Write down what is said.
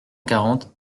quarante